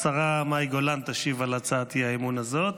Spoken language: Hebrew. השרה מאי גולן תשיב על הצעת האי-אמון הזאת.